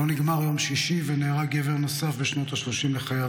לא נגמר יום שישי ונהרג גבר נוסף בשנות ה-30 לחייו